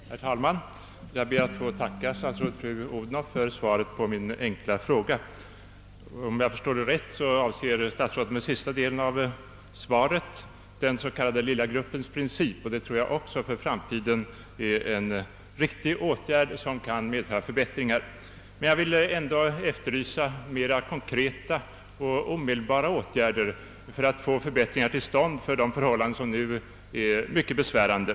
Herr talman! Jag ber att få tacka statsrådet fru Odhnoff för svaret på min fråga. Om jag förstår det rätt avser statsrådet med sista delen av svaret den s.k. lilla gruppens princip, och det tror jag också för framtiden är en riktig åtgärd som kan medföra förbättringar. Men jag vill ändå efterlysa mera konkreta och omedelbara åtgärder för att få förbättringar av de förhållanden som nu är mycket besvärande.